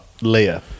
Leah